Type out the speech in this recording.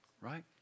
right